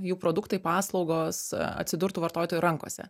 jų produktai paslaugos atsidurtų vartotojų rankose